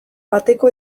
bateko